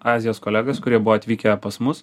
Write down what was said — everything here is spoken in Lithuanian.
azijos kolegas kurie buvo atvykę pas mus